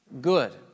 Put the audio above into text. good